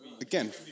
again